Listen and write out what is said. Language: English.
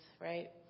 right